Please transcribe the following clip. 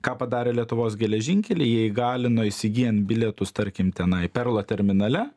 ką padarė lietuvos geležinkeliai jie įgalino įsigyjant bilietus tarkim tenai perlo terminale